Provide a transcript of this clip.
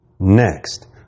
Next